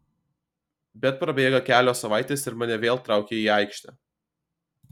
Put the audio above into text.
bet prabėga kelios savaitės ir mane vėl traukia į aikštę